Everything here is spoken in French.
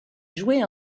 joué